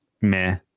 meh